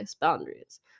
boundaries